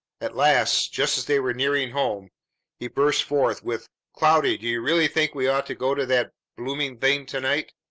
at last, just as they were nearing home he burst forth with, cloudy, do you really think we ought to go to that bl-looming thing to-night?